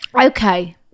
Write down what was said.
Okay